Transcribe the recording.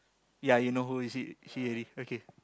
ya you know who is he he already okay